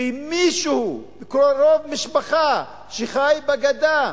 ומישהו, קרוב משפחה, שחי בגדה,